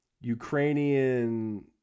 Ukrainian